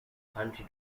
country